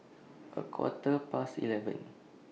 A Quarter Past eleven